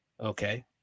okay